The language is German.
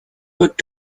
wird